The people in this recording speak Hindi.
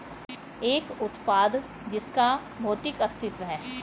एक उत्पाद जिसका भौतिक अस्तित्व है?